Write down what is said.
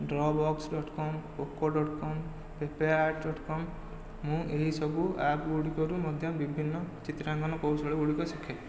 draw box dot com ଓକୋ dot com ପ୍ରି ପେ'ଆର୍ଟ ଡଟକମ ମୁଁ ଏହି ସବୁ ଆପ୍ ଗୁଡ଼ିକରୁ ମଧ୍ୟ ବିଭିନ୍ନ ଚିତ୍ରାଙ୍କନ କୌଶଳ ଗୁଡ଼ିକ ଶିଖେ